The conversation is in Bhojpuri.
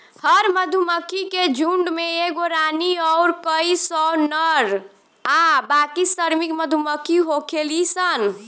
हर मधुमक्खी के झुण्ड में एगो रानी अउर कई सौ नर आ बाकी श्रमिक मधुमक्खी होखेली सन